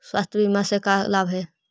स्वास्थ्य बीमा से का लाभ है?